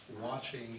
watching